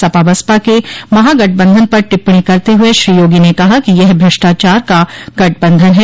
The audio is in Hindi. सपा बसपा के महागठबंधन पर टिप्पणी करते हुए श्री योगी ने कहा कि यह भ्रष्टाचार का गठबंधन है